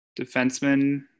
Defenseman